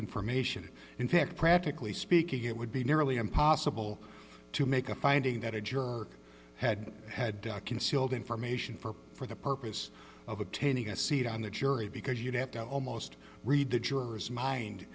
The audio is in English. information in fact practically speaking it would be nearly impossible to make a finding that a jerk had had concealed information from for the purpose of obtaining a seat on the jury because you'd have to almost read the juror's mind